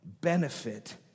benefit